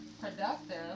productive